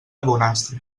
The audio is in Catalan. bonastre